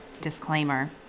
Disclaimer